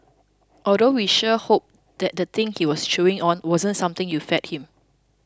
although we sure hope that thing he was chewing on wasn't something you fed him